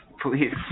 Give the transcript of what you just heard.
please